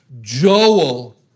Joel